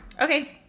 Okay